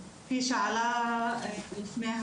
כפי שעלה בדיון,